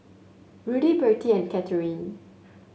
Rudy Bertie and Katheryn